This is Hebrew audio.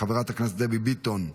חברת הכנסת דבי ביטון,